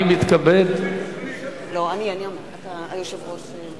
אני מציע לקרוא מהיום והלאה לכנסת,